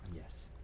Yes